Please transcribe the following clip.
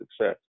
success